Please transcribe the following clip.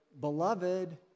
beloved